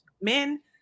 Men